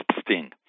sting